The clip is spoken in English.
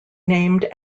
named